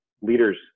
leaders